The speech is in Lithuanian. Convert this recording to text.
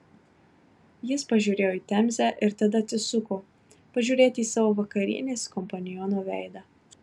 jis pažiūrėjo į temzę ir tada atsisuko pažiūrėti į savo vakarienės kompaniono veidą